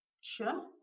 sure